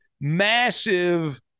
massive